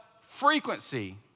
frequency